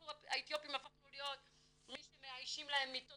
אנחנו האתיופים הפכנו להיות מי שמאיישים להם מיטות